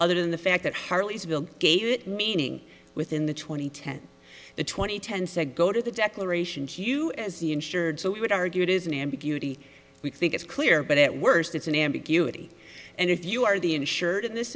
other than the fact that harleysville gave it meaning within the twenty ten twenty ten said go to the declaration hew as the insured so i would argue it is an ambiguity we think it's clear but at worst it's an ambiguity and if you are the insured in this